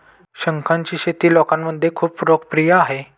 शंखांची शेती लोकांमध्ये खूप लोकप्रिय आहे